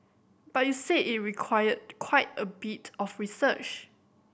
but you said it require quite a bit of research